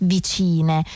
vicine